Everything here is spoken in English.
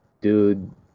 dude